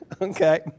Okay